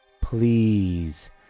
Please